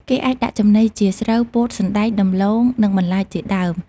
គេអាចដាក់ចំណីជាស្រូវ ពោត សណ្តែក ដំឡូង និងបន្លែជាដើម។